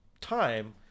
time